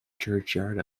churchyard